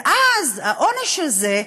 ואז העונש הזה,